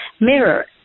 mirror